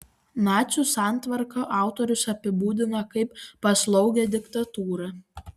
nacių santvarką autorius apibūdina kaip paslaugią diktatūrą